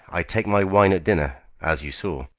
i take my wine at dinner, as you saw.